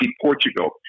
Portugal